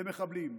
למחבלים.